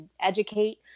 educate